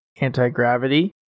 anti-gravity